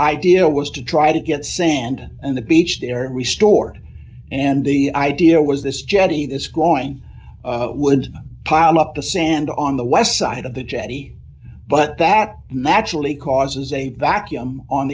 idea was to try to get sand and the beach there restored and the idea was this jetty this glowing would pile up the sand on the west side of the jetty but that naturally causes a vacuum on